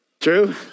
True